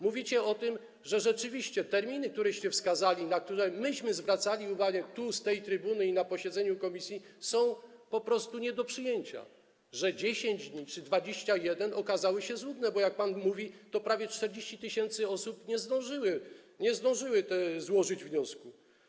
Mówicie o tym, że rzeczywiście terminy, któreście wskazali, na które myśmy zwracali uwagę tu, z tej trybuny, i na posiedzeniu komisji, są po prostu nie do przyjęcia, że 10 czy 21 dni okazało się złudne, bo jak pan mówi, prawie 40 tys. osób nie zdążyło złożyć wniosku.